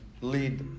lead